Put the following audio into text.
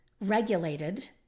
regulated